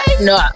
No